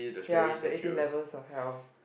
ya the eighteen levels of hell